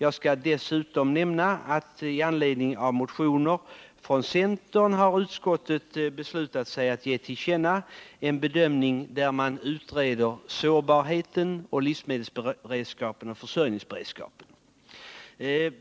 Jag skall dessutom nämna att utskottet med anledning av motioner från centern har beslutat förorda att riksdagen uttalar sig för en utredning om livsmedelsförsörjningen från beredskapssynpunkt och av vår sårbarhet i detta avseende.